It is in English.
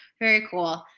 very cool.